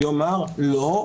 יאמר: לא,